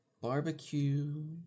Barbecue